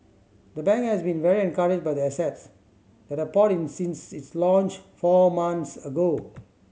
the bank has been very encouraged by the assets that have poured in since its launch four months ago